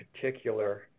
particular